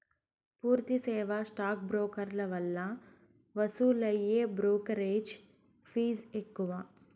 పూర్తి సేవా స్టాక్ బ్రోకర్ల వల్ల వసూలయ్యే బ్రోకెరేజ్ ఫీజ్ ఎక్కువ